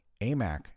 AMAC